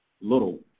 little